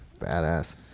badass